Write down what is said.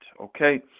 okay